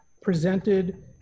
presented